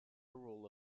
rule